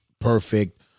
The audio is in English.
Perfect